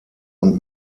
und